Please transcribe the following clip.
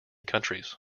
countries